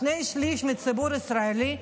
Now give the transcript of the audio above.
שני שלישים מהציבור הישראלי,